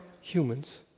humans